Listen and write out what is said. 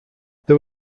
there